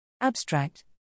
Abstract